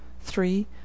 three